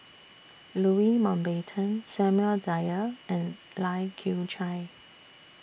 Louis Mountbatten Samuel Dyer and Lai Kew Chai